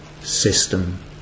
system